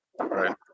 right